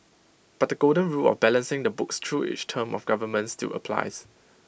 but the golden rule of balancing the books through each term of government still applies